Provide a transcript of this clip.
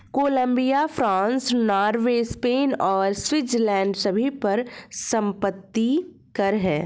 Colombia, France, Norway, Spain और Switzerland सभी पर संपत्ति कर हैं